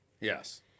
Yes